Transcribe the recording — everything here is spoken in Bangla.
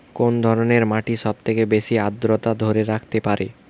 কোন ধরনের মাটি সবচেয়ে বেশি আর্দ্রতা ধরে রাখতে পারে?